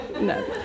No